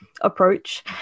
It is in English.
approach